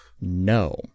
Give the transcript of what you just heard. No